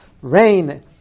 rain